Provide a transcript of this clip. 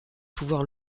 pouvoir